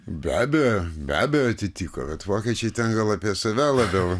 be abejo be abejo atsitiko kad vokiečiai ten gal apie save labiau